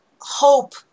hope